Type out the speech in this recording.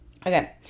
Okay